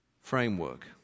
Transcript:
framework